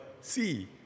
see